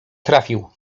trafił